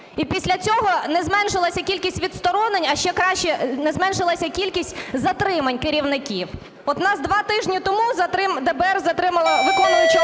І після цього не зменшилась кількість відсторонень, а ще краще, не зменшилась кількість затримань керівників. От у нас два тижні тому ДБР затримало